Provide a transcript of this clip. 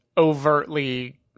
overtly